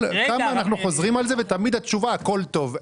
אנחנו חוזרים על זה ותמיד התשובה היא שהכול טוב.